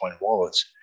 wallets